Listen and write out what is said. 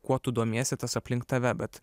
kuo tu domiesi tas aplink tave bet